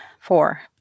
four